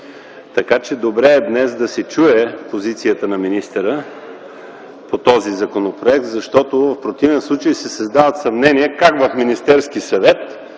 Така че добре е да се чуе позицията на министъра по този законопроект, тъй като в противен случай се създават съмнения как в Министерския съвет